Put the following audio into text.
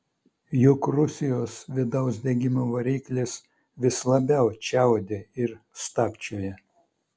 juk rusijos vidaus degimo variklis vis labiau čiaudi ir stabčioja